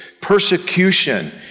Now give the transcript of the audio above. persecution